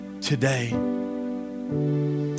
today